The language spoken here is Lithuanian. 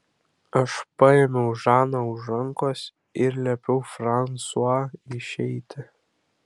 aš paėmiau žaną už rankos ir liepiau fransua išeiti